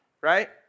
right